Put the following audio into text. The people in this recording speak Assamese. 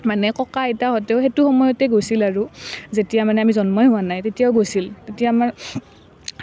আমাৰ মানে ককা আইতাহঁতেও সেইটো সময়তে গৈছিল আৰু যেতিয়া মানে আমি জন্মই হোৱা নাই তেতিয়াই গৈছিল তেতিয়া আমাৰ